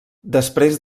després